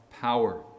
power